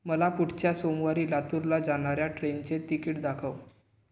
मला पुढच्या सोमवारी लातूरला जाणाऱ्या ट्रेनचे तिकीट दाखव